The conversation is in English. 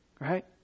Right